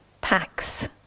packs